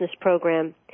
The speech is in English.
program